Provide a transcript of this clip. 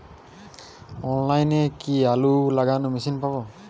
অনলাইনে কি আলু লাগানো মেশিন পাব?